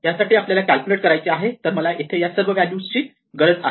यासाठी आपल्याला कॅल्क्युलेट करायचे आहेत तर मला इथे या सर्व व्हॅल्यूज ची गरज आहे